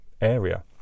area